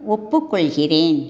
ஒப்புக்கொள்கிறேன்